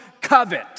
covet